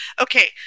okay